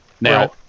Now